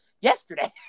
Yesterday